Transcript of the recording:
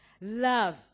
love